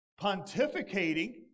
pontificating